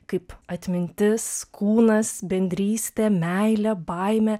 kaip atmintis kūnas bendrystė meilė baimė